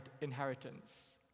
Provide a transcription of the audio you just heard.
inheritance